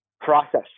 process